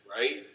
Right